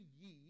ye